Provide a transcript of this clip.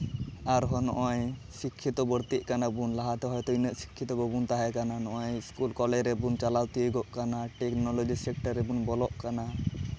ᱟᱨᱦᱚᱸ ᱱᱚᱜᱼᱚᱸᱭ ᱥᱤᱠᱠᱷᱤᱛᱚ ᱵᱟᱹᱲᱛᱤᱜ ᱠᱟᱱᱟᱵᱚᱱ ᱞᱟᱦᱟᱛᱮ ᱦᱚᱭᱛᱚ ᱩᱱᱟᱹᱜ ᱥᱤᱠᱠᱷᱤᱛᱚ ᱵᱟᱵᱚᱱ ᱛᱟᱦᱮᱸ ᱠᱟᱱᱟ ᱱᱚᱜᱼᱚᱸᱭ ᱥᱠᱩᱞ ᱠᱚᱞᱮᱡᱽ ᱨᱮᱵᱳᱱ ᱪᱟᱞᱟᱣ ᱛᱤᱭᱳᱜᱚᱜ ᱠᱟᱱᱟ ᱴᱮᱠᱱᱳᱞᱚᱡᱤ ᱥᱮᱠᱴᱚᱨ ᱨᱮᱵᱚᱱ ᱛᱤᱭᱳᱜᱚᱜ ᱠᱟᱱᱟ